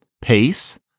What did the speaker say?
pace